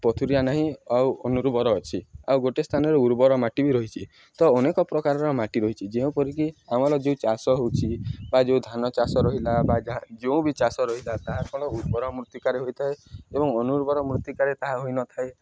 ପଥୁରିଆ ନାହିଁ ଆଉ ଅନୁର୍ବର ଅଛି ଆଉ ଗୋଟେ ସ୍ଥାନରେ ଉର୍ବର ମାଟି ବି ରହିଛିି ତ ଅନେକ ପ୍ରକାରର ମାଟି ରହିଛି ଯେଉଁପରି କି ଆମର ଯେଉଁ ଚାଷ ହେଉଛିି ବା ଯେଉଁ ଧାନ ଚାଷ ରହିଲା ବା ଯାହା ଯେଉଁ ବି ଚାଷ ରହିଲା ତାହା ଫଳ ଉର୍ବର ମୃତ୍ତିକାରେ ହୋଇଥାଏ ଏବଂ ଅନୁର୍ବର ମୃତ୍ତିକାରେ ତାହା ହୋଇନଥାଏ